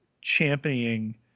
championing